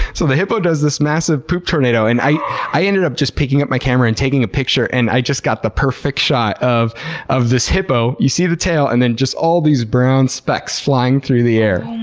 so the hippo does this massive poop tornado and i i ended up just picking up my camera and taking a picture, and i just got the perfect shot of of this hippo. you see the tail and then just all these brown specks flying through the air.